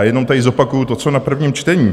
Jenom tady zopakuji to, co na prvním čtení.